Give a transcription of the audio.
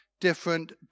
different